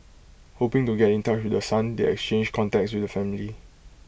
hoping to get in touch with the son they exchanged contacts with the family